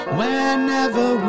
whenever